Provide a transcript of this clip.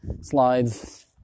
slides